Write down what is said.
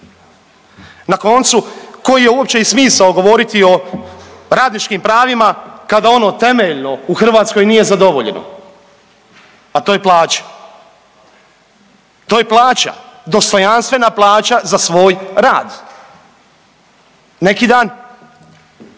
Na koncu, koji je uopće i smisao govoriti o radničkim pravima, kada ono temeljno u Hrvatskoj nije zadovoljeno, a to je plaća. To je plaća, dostojanstvena plaća za svoj rad. Neki dan